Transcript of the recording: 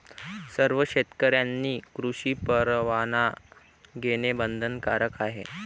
सर्व शेतकऱ्यांनी कृषी परवाना घेणे बंधनकारक आहे